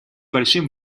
большим